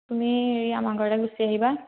তুমি এই আমাৰ ঘৰলৈ গুচি আহিবা